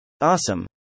Awesome